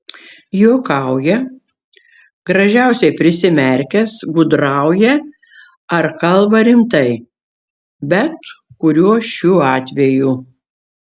juokauja gražiausiai prisimerkęs gudrauja ar kalba rimtai bet kuriuo šių atvejų